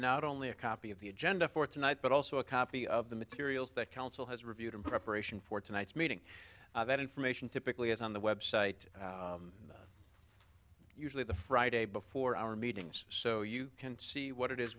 not only a copy of the agenda for tonight but also a copy of the materials that council has reviewed in preparation for tonight's meeting that information typically is on the website usually the friday before our meetings so you can see what it is